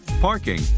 parking